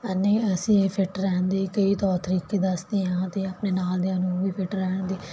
ਨਹੀਂ ਅਸੀਂ ਇਹ ਫਿੱਟ ਰਹਿਣ ਦੇ ਕਈ ਤੌਰ ਤਰੀਕੇ ਦੱਸਦੇ ਹਾਂ ਤੇ ਆਪਣੇ ਨਾਲ ਦਿਆਂ ਨੂੰ ਵੀ ਫਿਟ ਰਹਿਣ ਦੀ